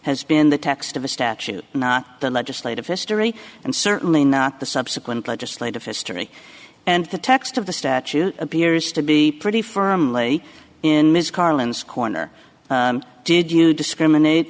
has been the text of a statute not the legislative history and certainly not the subsequent legislative history and the text of the statute appears to be pretty firmly in this carlin's corner did you discriminate